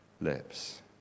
lips